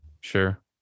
Sure